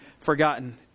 forgotten